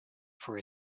for